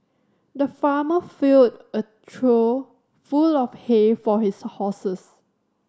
the farmer filled a trough full of hay for his horses